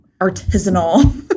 Artisanal